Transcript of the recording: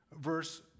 verse